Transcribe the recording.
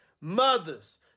mothers